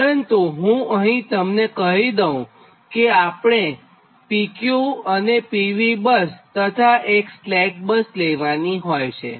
પરંતુહું અહીં તમને કહી દઉં કે આપણે PQ અને PV બસ તથા એક સ્લેક બસ લેવાની હોય છે